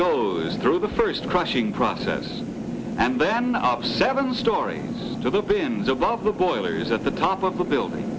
goes through the first crushing process and then up seven stories to the bins above the boilers at the top of the building